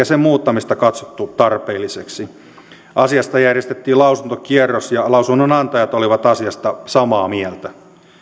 sen muuttamista katsottu tarpeelliseksi asiasta järjestettiin lausuntokierros ja lausunnonantajat olivat asiasta samaa mieltä